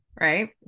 Right